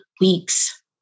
weeks